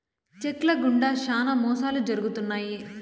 check ల గుండా శ్యానా మోసాలు జరుగుతున్నాయి